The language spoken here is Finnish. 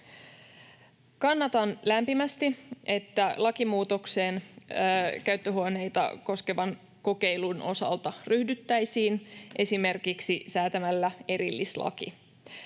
Kannatan lämpimästi, että lakimuutokseen käyttöhuoneita koskevan kokeilun osalta ryhdyttäisiin, esimerkiksi säätämällä erillislaki.